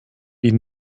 wie